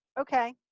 Okay